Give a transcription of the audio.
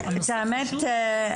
את האמת,